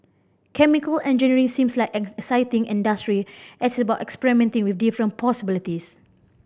chemical engineering seems like an exciting industry as it's about experimenting with different possibilities